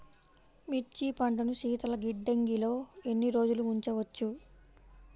మిర్చి పంటను శీతల గిడ్డంగిలో ఎన్ని రోజులు ఉంచవచ్చు?